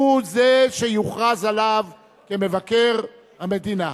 הוא זה שיוכרז עליו כמבקר המדינה.